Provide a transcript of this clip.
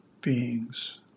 beings